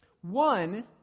One—